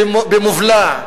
במובלע,